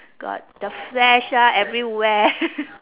got the flesh lah everywhere